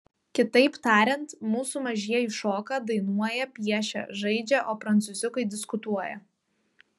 kitaip tariant mūsų mažieji šoka dainuoja piešia žaidžia o prancūziukai diskutuoja